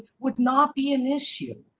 would not be an issue.